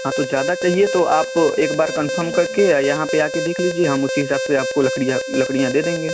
हाँ तो ज़्यादा चाहिए तो आप एक बार कन्फर्म करके या यहाँ पर आकर देख लीजिए हम उसी हिसाब से आपको लकड़ियाँ लकड़ियाँ दे देंगे